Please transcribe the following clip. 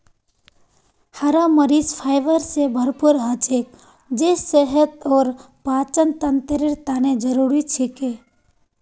हरा मरीच फाइबर स भरपूर हछेक जे सेहत और पाचनतंत्रेर तने जरुरी छिके